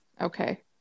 Okay